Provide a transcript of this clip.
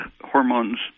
hormones